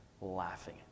laughing